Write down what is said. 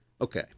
Okay